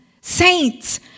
Saints